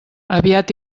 aviat